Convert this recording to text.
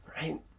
right